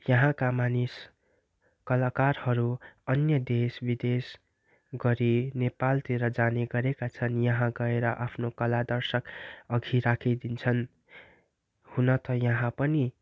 याहाँका मानिस कलाकारहरू अन्य देश विदेश गरी नेपालतिर जाने गरेका छन् यहाँ गएर आफ्नो कला दर्शकअघि राखिदिन्छन् हुन त यहाँ पनि